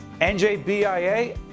NJBIA